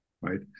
right